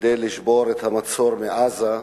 כדי לשבור את המצור על עזה,